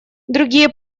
другие